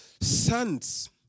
sons